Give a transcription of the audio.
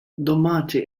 domaĝe